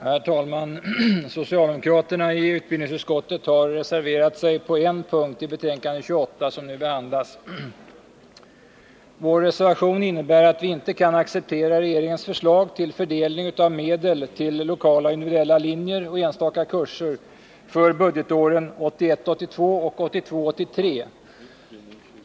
Herr talman! Vi socialdemokrater i utbildningsutskottet har reserverat oss på en punkt i betänkande 28, som nu behandlas. Vår reservation innebär att vi inte kan acceptera regeringens förslag till fördelning av medel till lokala och individuella linjer och enstaka kurser för budgetåren 1981 83.